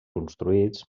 construïts